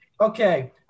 Okay